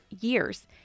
years